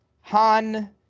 han